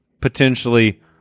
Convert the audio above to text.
potentially